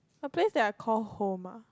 the place that I call home ah